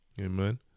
amen